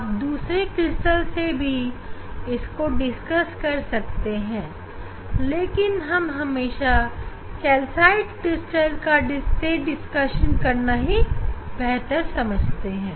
आप दूसरे क्रिस्टल का भी उदाहरण ले सकते हैं लेकिन हम हमेशा कैल्साइट क्रिस्टल से चर्चा करना को ही बेहतर समझते हैं